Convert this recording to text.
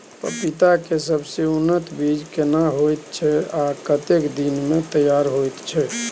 पपीता के सबसे उन्नत बीज केना होयत छै, आ कतेक दिन में तैयार होयत छै?